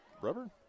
rubber